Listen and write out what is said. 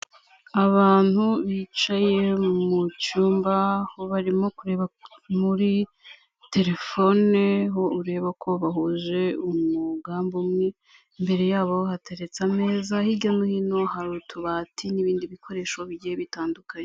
Abantu bicaye mu cyumba barimo kureba muri telefone, aho ureba ko bahuje umugambi umwe, imbere yabo hateretse ameza, hirya no hino hari utubati n'ibindi bikoresho bigiye bitandukanye.